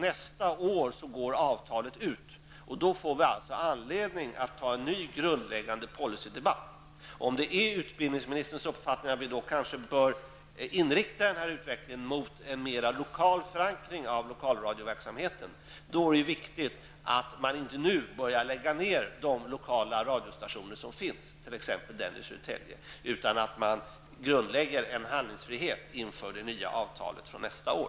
Nästa år går ju avtalet ut, och då får vi anledning att ha en ny grundläggande policydebatt. Om det är utbildningsministerns uppfattning att vi kanske bör inrikta utvecklingen mot en mera lokal förankring av lokalradioverksamheten är det viktigt att man inte nu börjar lägga ned de lokala radiostationer som finns, t.ex. den i Södertälje, utan att man grundlägger en handlingsfrihet inför det nya avtalet nästa år.